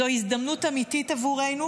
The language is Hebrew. זוהי הזדמנות אמיתית עבורנו,